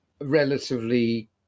relatively